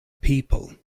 people